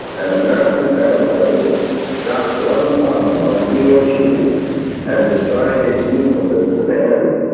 an american airplane dropped one bomb on hiroshima and destroyed its usefulness to the enemy.